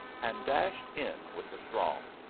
and dashed in with the throng.